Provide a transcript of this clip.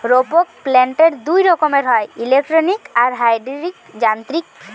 রোপক বা প্ল্যান্টার দুই রকমের হয়, ইলেকট্রিক আর হাইড্রলিক যান্ত্রিক